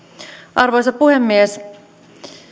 arvoisa puhemies